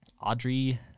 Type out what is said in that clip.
Audrey